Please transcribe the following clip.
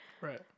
Right